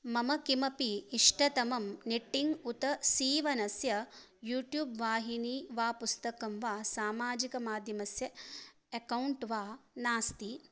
मम किमपि इष्टतमं निट्टिङ्ग् उत सीवनस्य यूट्यूब् वाहिनी वा पुस्तकं वा सामाजिकमाध्यमस्य अकौण्ट् वा नास्ति